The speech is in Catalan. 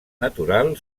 natural